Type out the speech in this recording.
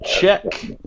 check